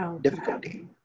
difficulty